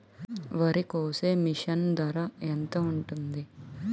వరి కోసే మిషన్ ధర ఎంత ఉంటుంది?